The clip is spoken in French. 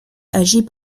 agit